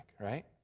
right